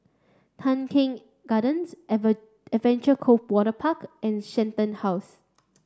Tan Keng Gardens Adventure Cove Waterpark and Shenton House